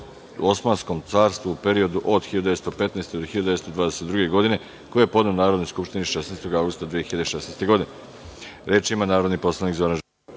u Osmanskom carstvu u periodu od 1915. do 1922. godine, koji je podneo Narodnoj skupštini 16. avgusta 2016. godine. Reč